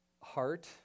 heart